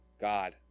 God